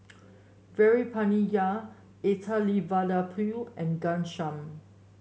Veerapandiya Elattuvalapil and Ghanshyam